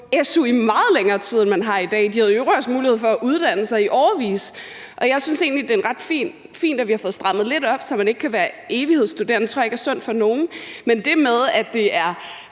su i meget længere tid, end man har i dag, og de havde i øvrigt også mulighed for at uddanne sig i årevis, og jeg synes egentlig, det er ret fint, at vi har fået strammet lidt op, så man ikke kan være evighedsstudent. Det tror jeg ikke er sundt for nogen, men det med, at der er